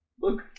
Look